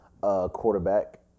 quarterback